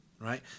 Right